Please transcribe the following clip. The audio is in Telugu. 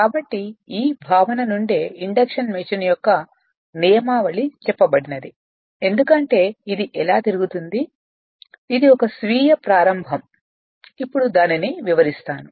కాబట్టి ఈ భావన నుండే ఇండక్షన్ మెషీన్ యొక్క నియమావళి చెప్పబడినది ఎందుకంటే ఇది ఎలా తిరుగుతుంది ఇది ఒక స్వీయ ప్రారంభం ఇప్పుడు దానిని వివరిస్తాను